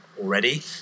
already